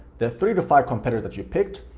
the three to five competitors that you picked,